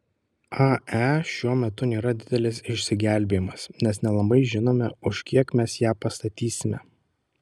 ae šiuo metu nėra didelis išsigelbėjimas nes nelabai žinome už kiek mes ją pastatysime